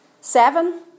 seven